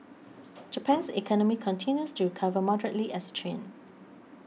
Japan's economy continues to recover moderately as a trend